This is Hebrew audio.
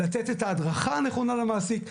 לתת את ההדרכה הנכונה למעסיק.